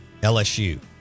LSU